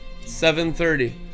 7.30